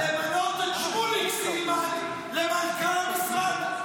-- ותבקש אישור למנות את שמוליק סילמן למנכ"ל המשרד,